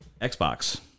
Xbox